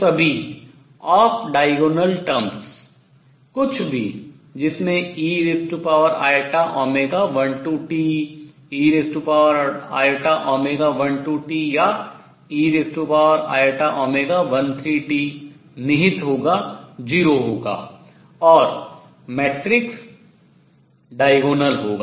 सभी off diagonal terms विकर्ण के अतिरिक्त पद कुछ भी जिसमे ei12t ei12t या ei13t निहित होगा 0 होगा और मैट्रिक्स विकर्ण होगा